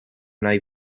nahi